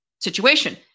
situation